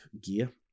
gear